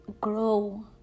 grow